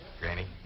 Granny